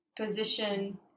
position